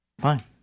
Fine